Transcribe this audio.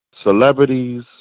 celebrities